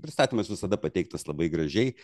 pristatymas visada pateiktas labai gražiai